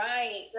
Right